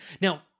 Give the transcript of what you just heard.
now